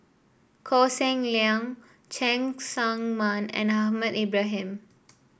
Koh Seng Leong Cheng Tsang Man and Ahmad Ibrahim